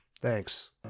Thanks